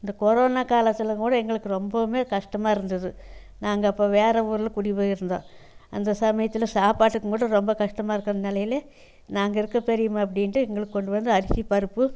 இந்த கொரோனா காலத்தில் கூட எங்களுக்கு ரொம்பவுமே கஷ்டமாக இருந்தது நாங்கள் அப்போ வேறு ஊரில் குடி போயிருந்தோம் அந்த சமயத்தில் சாப்பாட்டுக்கும் கூட ரொம்ப கஷ்டமாக இருக்கிற நிலையில நாங்கள் இருக்கோம் பெரியம்மா அப்படீன்ட்டு எங்களுக்கு கொண்டு வந்து அரிசி பருப்பு